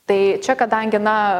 štai čia kadangi na